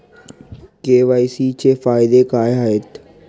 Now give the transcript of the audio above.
KYC चे फायदे काय आहेत?